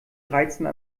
dreizehn